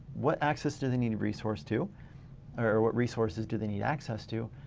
what access do they need to resource to or what resources do they need access to?